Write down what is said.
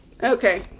okay